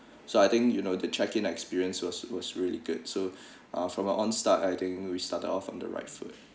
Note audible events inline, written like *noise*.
so I think you know the check in experience was was really good so *breath* uh from our own start I think we started off from the right foot